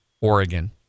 Oregon